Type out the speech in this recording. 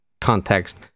Context